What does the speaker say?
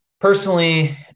Personally